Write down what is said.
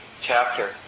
chapter